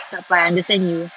takpe I understand you